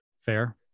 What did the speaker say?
Fair